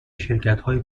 شرکتهایی